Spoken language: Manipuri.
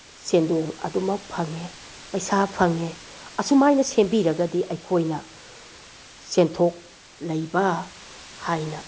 ꯁꯦꯟꯗꯣꯡ ꯑꯗꯨꯃꯛ ꯐꯪꯉꯦ ꯄꯩꯁꯥ ꯐꯪꯉꯦ ꯑꯁꯨꯝ ꯃꯥꯏꯅ ꯁꯦꯝꯕꯤꯔꯒꯗꯤ ꯑꯩꯈꯣꯏꯅ ꯁꯦꯟꯊꯣꯛ ꯂꯩꯕ ꯍꯥꯏꯅ